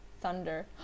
thunder